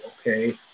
okay